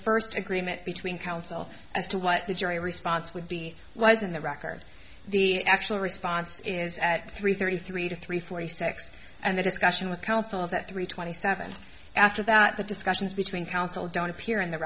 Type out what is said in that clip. first agreement between counsel as to what the jury response would be was in the record the actual response is at three thirty three to three forty six and the discussion with counsel is at three twenty seven after that the discussions between counsel don't appear in the